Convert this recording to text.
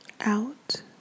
out